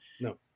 No